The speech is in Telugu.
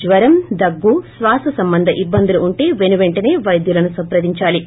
జ్వరందగ్గు శ్వాస సంబంధ ఇబ్బందులు ఉంటె వెనువెంటనే వైద్యులను సంప్రదించాలి